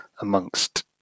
amongst